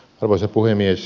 arvoisa puhemies